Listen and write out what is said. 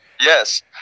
yes